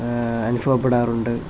അനുഭവപ്പെടാറുണ്ട്